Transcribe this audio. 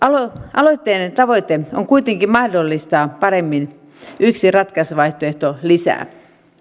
aloitteen tavoite on kuitenkin mahdollistaa paremmin yksi ratkaisuvaihtoehto lisää